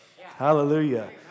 Hallelujah